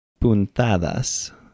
puntadas